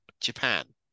Japan